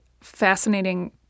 fascinating